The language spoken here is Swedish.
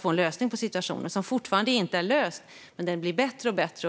få en lösning på situationen. Den är fortfarande inte löst, men den blir bättre och bättre.